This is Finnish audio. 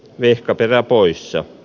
vehkaperä poissa